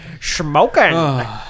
Smoking